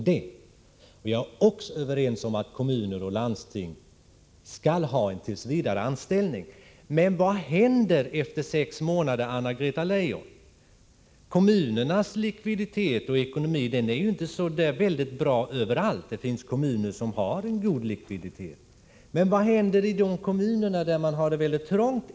Vi är också överens om att kommuner och landsting skall ge tillsvidareanställning, men vad händer efter sex månader, Anna Greta Leijon? Kommunernas likviditet och ekonomi är ju inte så väldigt god överallt. Det finns kommuner som har en god likviditet. Men vad händer efter dessa sex månader i de kommuner där man ekonomiskt har det mycket trångt?